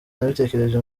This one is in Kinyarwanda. nabitekereje